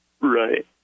Right